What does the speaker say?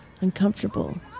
uncomfortable